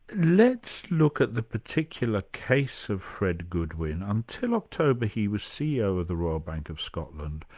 let's look at the particular case of fred goodwin. until october, he was ceo of the royal bank of scotland,